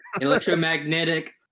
electromagnetic